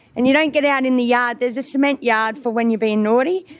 and you don't get out in the yard. there's a cement yard for when you're being naughty,